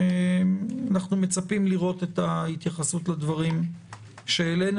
אנחנו מצפים לראות את ההתייחסות לדברים שהעלינו.